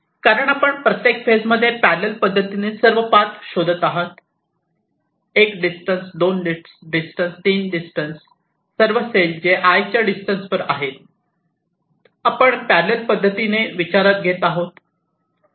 कारण आपण प्रत्येक फेज मध्ये पॅररल पद्धतीने सर्व पाथ शोधत आहात 1 डिस्टन्स 2 डिस्टन्स 3 डिस्टन्स सर्व सेल जे 'i' च्या डिस्टन्सवर आहेत आपण पॅररल पद्धतीने विचारात घेत आहोत